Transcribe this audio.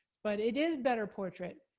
but it is better portrait,